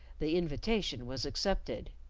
the invitation was accepted.